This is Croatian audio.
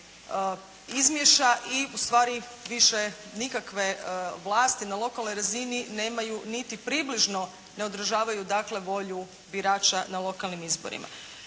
izmiješa i ustvari više nikakve vlasti na lokalnoj razini nemaju niti približno ne održavaju, dakle volju birača na lokalnim izborima.